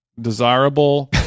desirable